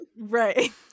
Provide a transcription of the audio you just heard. Right